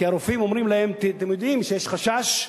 כי הרופאים אומרים להם: אתם יודעים שיש חשש,